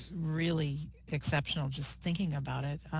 really exceptional, just thinking about it.